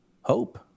hope